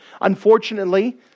Unfortunately